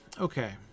okay